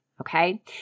okay